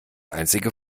einzige